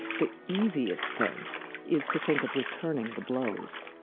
the easiest thing is to think of returning the blows.